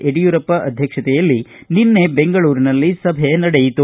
ಯಡಿಯೂರಪ್ಪ ಅಧ್ಯಕ್ಷತೆಯಲ್ಲಿ ನಿನ್ನೆ ಬೆಂಗಳೂರಿನಲ್ಲಿ ಸಭೆ ನಡೆಯಿತು